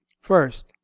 first